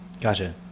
Gotcha